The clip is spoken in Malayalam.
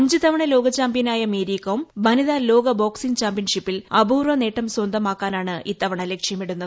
അഞ്ച് തവണ ലോക ചാമ്പ്യനായ മേരി കോം വനിതാ ലോക ബോക്സിംഗ് ചാമ്പ്യൻഷിപ്പിൽ അപൂർവ്വ നേട്ടം സ്വന്തമാക്കാനാണ് ഇത്തവണ ലക്ഷ്യമിടുന്നത്